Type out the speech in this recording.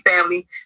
family